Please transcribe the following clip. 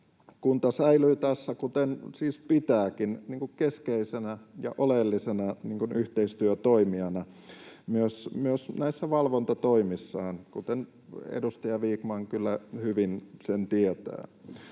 Kunta säilyy tässä, kuten pitääkin, keskeisenä ja oleellisena yhteistyötoimijana myös näissä valvontatoimissaan, kuten edustaja Vikman kyllä hyvin sen tietää.